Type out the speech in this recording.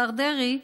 השר דרעי,